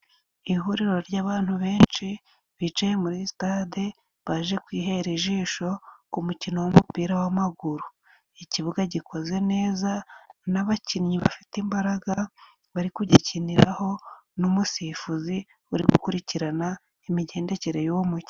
Ihuriro ry'abantu benshi bicaye muri Sitade baje kwihera ijisho umukino w'umupira w'amaguru. Ikibuga gikoze neza n'abakinnyi bafite imbaraga, bari kugikiniraho n'umusifuzi uri gukurikirana imigendekere y'uwo mukino.